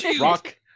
Rock